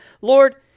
Lord